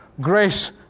grace